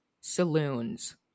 saloons